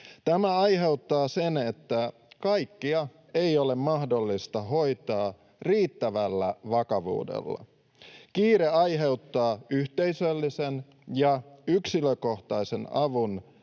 Tämä aiheuttaa sen, että kaikkia ei ole mahdollista hoitaa riittävällä vakavuudella. Kiire vaikeuttaa yhteisöllisen ja yksilökohtaisen avun